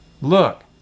Look